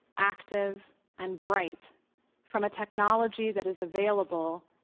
active and bright from a technology that is available,